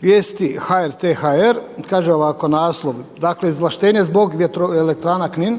vijesti HRT.hr. kaže ovako, naslov, dakle izvlaštenje zbog vjetroelektrana Knin.